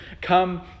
come